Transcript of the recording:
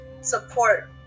support